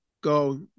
go